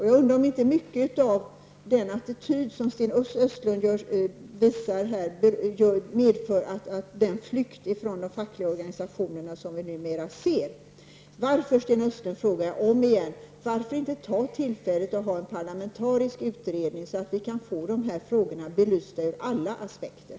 Jag undrar om inte mycket av den attityd som Sten Östlund visar här medverkar till den flykt från de fackliga organisationerna som vi nu ser. Jag frågar återigen: Varför, Sten Östlund, tillsätts inte en parlamentarisk utredning så att vi kan få dessa frågor belysta ur alla aspekter?